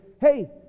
hey